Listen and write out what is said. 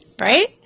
Right